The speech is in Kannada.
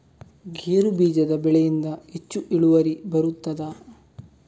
ಗೇರು ಬೀಜದ ಬೆಳೆಯಿಂದ ಹೆಚ್ಚು ಇಳುವರಿ ಬರುತ್ತದಾ?